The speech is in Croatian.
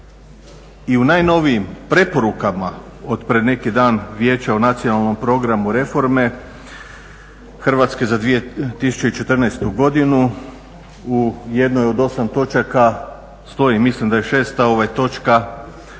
i u najnovijim preporukama od prije neki dan Vijeća o Nacionalnom programu reforme Hrvatske za 2014. godinu u jednoj od 8 točaka stoji, mislim da je 6. točka između